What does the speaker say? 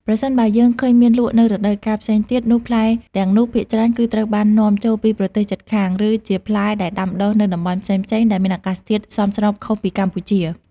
ប្រសិនបើយើងឃើញមានលក់នៅរដូវកាលផ្សេងទៀត នោះផ្លែទាំងនោះភាគច្រើនគឺត្រូវបាននាំចូលពីប្រទេសជិតខាង ឬជាផ្លែដែលដាំដុះនៅតំបន់ផ្សេងៗដែលមានអាកាសធាតុសមស្របខុសពីកម្ពុជា។